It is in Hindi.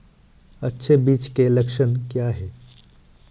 अच्छे बीज के लक्षण क्या हैं?